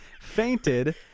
fainted